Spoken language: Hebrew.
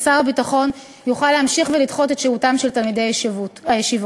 ושר הביטחון יוכל להמשיך ולדחות את שירותם של תלמידי הישיבות.